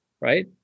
right